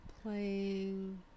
playing